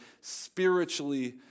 spiritually